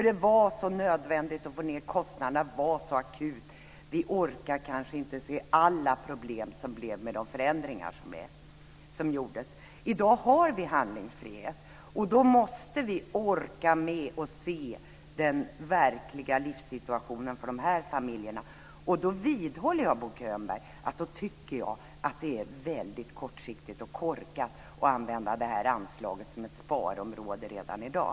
Det var så nödvändigt att få ned kostnaderna och så akut. Vi orkade kanske inte se alla problem som blev med de förändringar som gjordes. I dag har vi handlingsfrihet. Då måste vi orka med att se den verkliga livssituationen för dessa familjer. Jag vidhåller, Bo Könberg, att det är väldigt kortsiktigt och korkat att använda anslaget som ett sparområde redan i dag.